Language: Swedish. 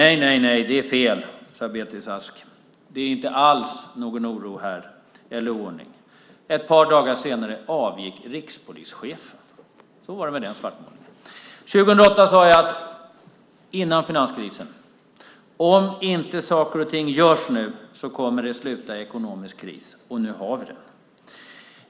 Nej, nej, nej, det är fel, sade Beatrice Ask, det är inte alls någon oro eller oordning här. Ett par dagar senare avgick rikspolischefen. Så var det med den svartmålningen! År 2008 sade jag, före finanskrisen: Om inte saker och ting görs nu kommer det att sluta i ekonomisk kris! Nu har vi den.